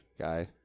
guy